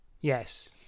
Yes